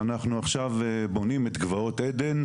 אנחנו עכשיו בונים את גבעות עדן,